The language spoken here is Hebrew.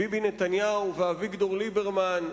ביבי נתניהו ואביגדור ליברמן,